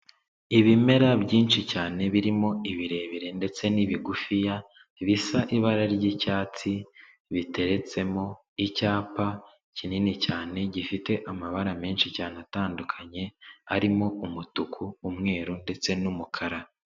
Ibimera byinshi cyane birimo ibirebire ndetse n'ibigufiya, bisa ibara ry'icyatsi, biteretsemo icyapa kinini cyane, gifite amabara menshi cyane atandukanye, arimo umutuku umweru ndetse n'umukara.